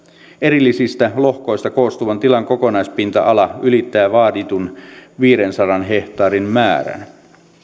erillisistä lohkoista koostuvan tilan kokonaispinta ala ylittää vaaditun viidensadan hehtaarin määrän